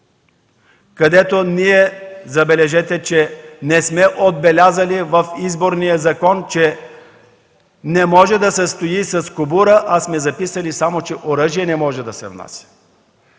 си. Забележете, ние не сме отбелязали в Изборния закон, че не може да се стои с кобура, а сме записали само, че не може да се внася